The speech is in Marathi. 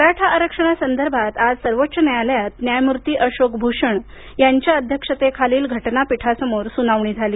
मराठा आरक्षणासंदर्भात आज सर्वोच्च न्यायालयात न्यायमूर्ती अशोक भूषण यांच्या अध्यक्षतेतील घटनापीठासमोर सुनावणी झाली